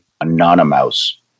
anonymous